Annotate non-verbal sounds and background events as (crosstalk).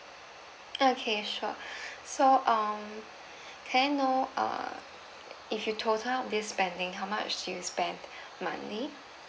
okay sure (breath) so um can I know err if you total up this spending how much do you spend monthly